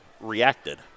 reacted